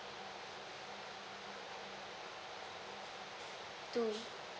two